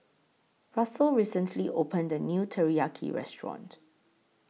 Russell recently opened The New Teriyaki Restaurant